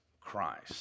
Christ